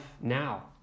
now